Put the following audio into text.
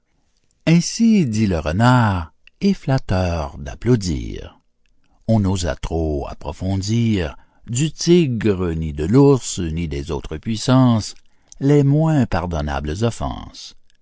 ainsi dit le renard et flatteurs d'applaudir on n'osa trop approfondir du tigre ni de l'ours ni des autres puissances les moins pardonnables offenses